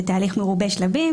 זה תהליך מרובה שלבים,